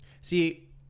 See